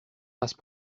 race